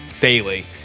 daily